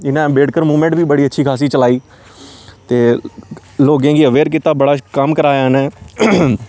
इ'नें अम्बेडकर मूवमेंट बी बड़ी अच्छी खासी चलाई ते लोकें गी अवेयर कीता बड़ा कम्म कराया इ'नें